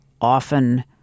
often